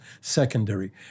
secondary